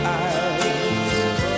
eyes